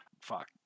fuck